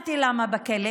אמרתי למה היא בכלא.